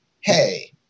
Hey